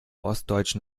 ostdeutschen